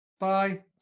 Bye